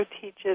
teaches